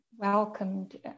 welcomed